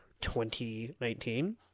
2019